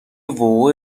وقوع